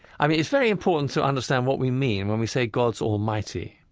i mean, it's very important to understand what we mean when we say god's almighty.